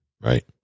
right